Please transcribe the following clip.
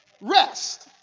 rest